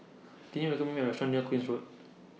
Can YOU recommend Me A Restaurant near Queen's Road